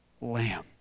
lamb